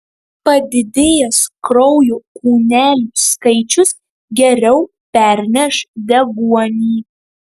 padidėjęs kraujo kūnelių skaičius geriau perneš deguonį